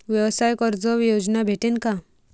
व्यवसाय कर्ज योजना भेटेन का?